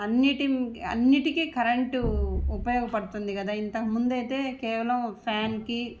అన్నింటి అన్నింటికీ కరెంటు ఉపయోగపడుతుంది కదా ఇంతకు ముందు అయితే కేవలం ఫ్యాన్కి